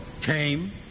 came